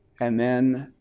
and then